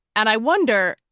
and i wonder,